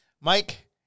Mike